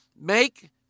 make